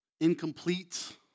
incomplete